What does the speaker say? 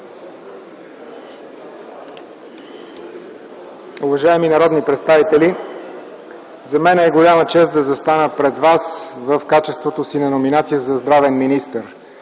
Уважаеми народни представители! За мен е голяма чест да застана пред вас в качеството си на номинация за здравен министър.